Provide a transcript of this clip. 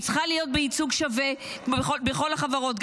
והיא צריכה להיות בייצוג שווה בכל החברות,